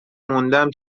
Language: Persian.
موندم